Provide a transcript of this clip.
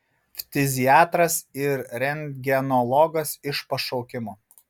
ftiziatras ir rentgenologas iš pašaukimo